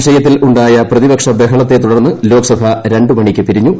വിഷയത്തിൽ ഉണ്ടായ പ്രതിപക്ഷ ബഹളത്തെ തുടർന്ന് ലോക്സഭ രണ്ടി മണിക്ക് പിരിഞ്ഞു